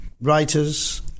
Writers